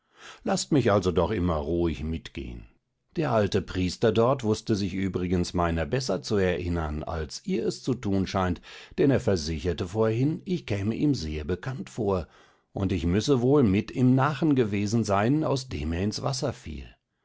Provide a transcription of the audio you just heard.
laßt mich also doch immer ruhig mitgehn der alte priester dort wußte sich übrigens meiner besser zu erinnern als ihr es zu tun scheint denn er versicherte vorhin ich käme ihm sehr bekannt vor und ich müsse wohl mit im nachen gewesen sein aus dem er ins wasser fiel